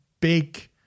big